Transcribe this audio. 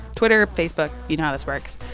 twitter, facebook you know how this works.